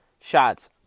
shots